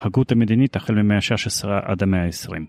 ההגות המדינית החל ממאה ה-16 עד המאה ה-20.